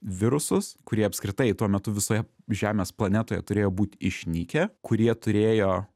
virusus kurie apskritai tuo metu visoje žemės planetoje turėjo būt išnykę kurie turėjo